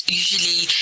usually